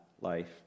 life